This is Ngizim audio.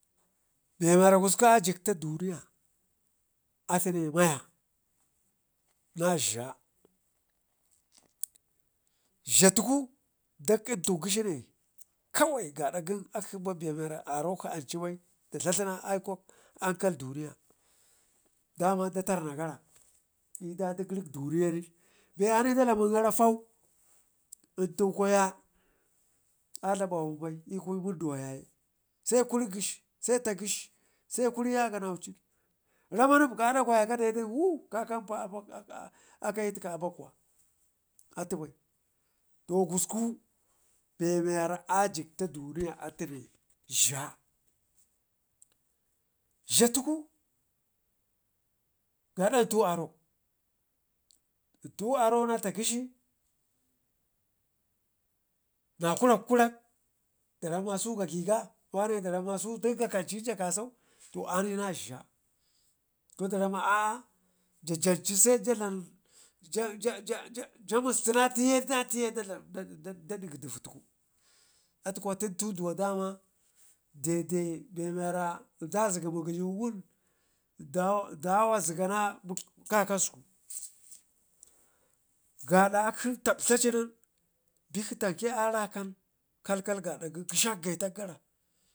Ɓemara kusku ajikta duniya atune maya na dla dlattuku dak intu gheshine kawai yadda gən akshi babe miwara arokshi acubai da dla dlena aikwak hankal duniya, daman da terna gara l'ɗaɗigərik duni yan nen be ani ɗa dlamin gara fau lntu lkwaya a dlabawa mbai l'kun winduwayaye, sekur gheshi se taggshi se ku ru yaganaucin ramma nipka ada kwaya kaɗeɗun wuu kakapa aka l'tika abakuwa atubai, to gusku be mii wara ajigta daniya atune dladal tuku gadda l'ntu aro l'ntu aro nata gheshi, naku rakkurak damma su gagəga wane daramma ɗik kakancinja kasau to anina ɗla ko daramma aa ja janci seja dlam ja ja ja damustina teye na teye nen dakgə dulludku, atu kuwa tun tuduwa dama ɗe ɗe be miwara dazgə mugəyu wundawa zigna kakasku, gaada gən ghishakshi gəitak gara.